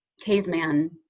caveman